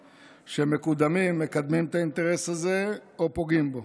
שמקודמים מקדמים את האינטרס הזה או פוגעים בו.